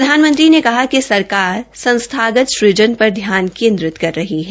प्रधानमंत्री ने कहा कि सरकार संस्थागत सुजन पर ध्यान केन्द्रित कर रही है